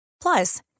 Plus